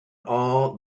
all